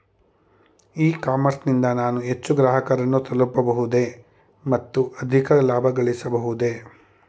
E commerce ನಿಂದ ನಾನು ಹೆಚ್ಚು ಗ್ರಾಹಕರನ್ನು ತಲುಪಬಹುದೇ ಮತ್ತು ಅಧಿಕ ಲಾಭಗಳಿಸಬಹುದೇ?